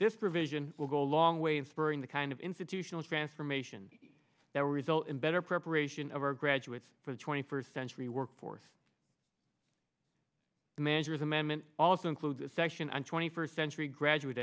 this provision will go a long way in spring the kind of institutional transformation that will result in better preparation of our graduates for the twenty first century workforce the manager's amendment also includes a section on twenty first century graduate